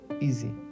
Easy